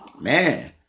man